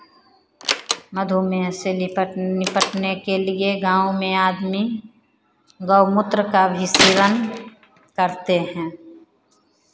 मधुमेह से निपट निपटने के लिए गाँव में आदमी गौ मूत्र का भी सेवन करते हैं